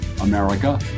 America